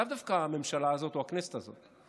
לאו דווקא הממשלה הזאת או הכנסת הזאת?